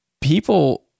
people